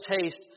taste